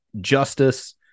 justice